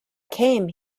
came